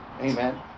Amen